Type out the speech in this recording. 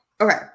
Okay